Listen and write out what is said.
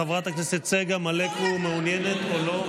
חברת הכנסת צגה מלקו, מעוניינת או לא?